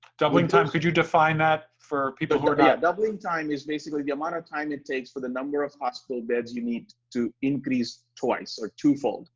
doubling time, could you define that for people who are not. yeah, doubling time is basically the amount of time it takes for the number of hospital beds you need to increase twice or twofold.